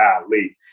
golly